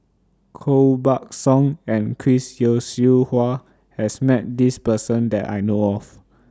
Koh Buck Song and Chris Yeo Siew Hua has Met This Person that I know of